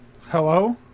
hello